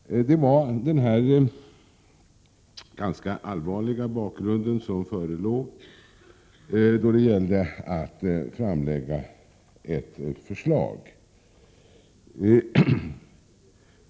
Det var mot denna ganska allvarliga bakgrund som det gällde att framlägga ett förslag.